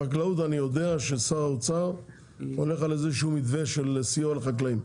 בחקלאות אני יודע ששר האוצר הולך על איזה שהוא מתווה של סיוע לחקלאים.